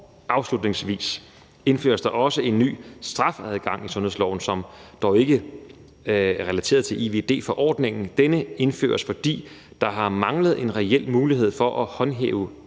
Afslutningsvis indføres der også en ny strafadgang i sundhedsloven, som dog ikke er relateret til IVD-forordningen. Denne indføres, fordi der har manglet en reel mulighed for at håndhæve